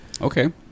okay